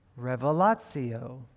revelatio